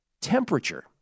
Temperature